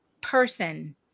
person